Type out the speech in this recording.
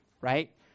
right